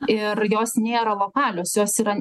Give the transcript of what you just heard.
ir jos nėra lokalios jos yra